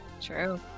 true